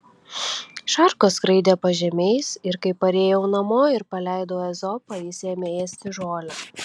šarkos skraidė pažemiais ir kai parėjau namo ir paleidau ezopą jis ėmė ėsti žolę